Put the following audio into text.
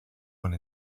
one